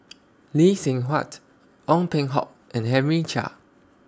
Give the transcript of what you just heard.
Lee Seng Huat Ong Peng Hock and Henry Chia